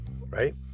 right